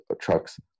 trucks